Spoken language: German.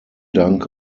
dank